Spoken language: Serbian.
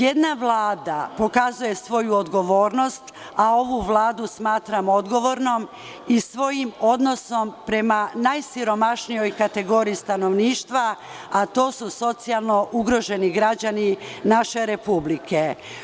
Jedna vlada pokazuje svoju odgovornost, a ovu Vladu smatram odgovornom, svojim odnosom prema najsiromašnijoj kategoriji stanovništva, a to su socijalno ugroženi građani naše Republike.